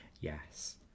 Yes